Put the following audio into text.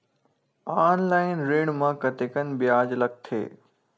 Online ऋण म कतेकन ब्याज लगथे?